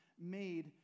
made